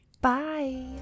Bye